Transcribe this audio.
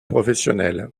professionnel